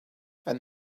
and